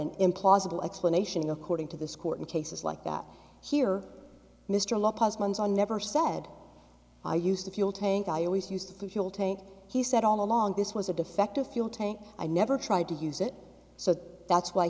an implausible explanation according to this court in cases like that here mr la paz months on never said i used a fuel tank i always used a fuel tank he said all along this was a defective fuel tank i never tried to use it so that's why